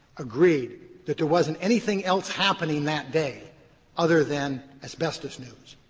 agreed that there wasn't anything else happening that day other than asbestos news,